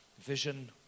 Vision